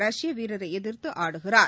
ரஷ்ய வீரனர எதிர்த்து ஆடுகிறார்